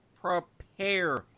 prepare